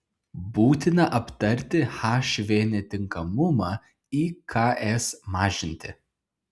būtina aptarti hv netinkamumą iks mažinti